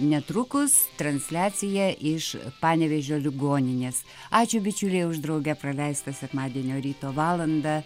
netrukus transliacija iš panevėžio ligoninės ačiū bičiuliai už drauge praleistą sekmadienio ryto valandą